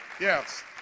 Yes